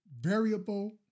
variable